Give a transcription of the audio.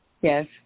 Yes